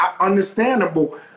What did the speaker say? understandable